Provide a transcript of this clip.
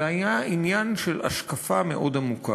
זה היה עניין של השקפה מאוד עמוקה.